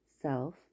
self